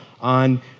on